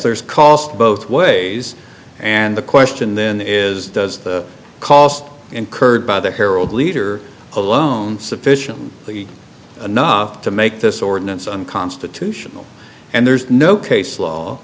there is cost both ways and the question then is that as the cost incurred by the herald leader alone sufficient enough to make this ordinance unconstitutional and there's no case law